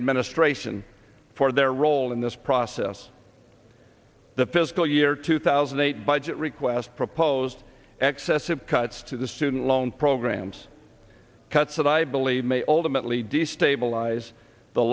administration for their role in this process the fiscal year two thousand and eight by jit request proposed excess of cuts to the student loan programs cuts that i believe may ultimately destabilize the